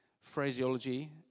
phraseology